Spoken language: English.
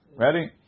Ready